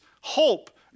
hope